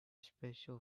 special